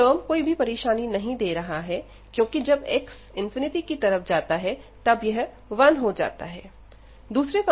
यह टर्म कोई भी परेशानी नहीं दे रही है क्योंकि जब x की तरफ जाता है तब यह 1 हो जाता है